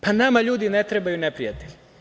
Pa, nama, ljudi, ne trebaju neprijatelji.